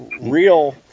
real